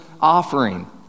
offering